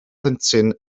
plentyn